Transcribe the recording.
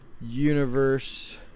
universe